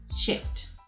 shift